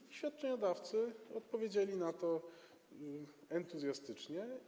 I świadczeniodawcy odpowiedzieli na to entuzjastycznie.